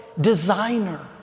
designer